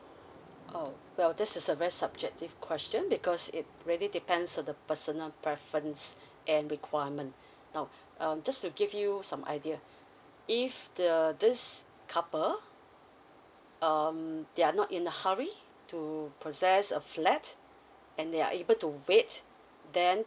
oh well this is a very subjective question because it really depends on the personal preference and requirement now um just to give you some idea if the this couple um they are not in a hurry to possess a flat and they are able to wait then